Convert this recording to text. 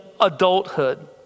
adulthood